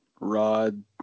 rod